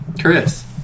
Chris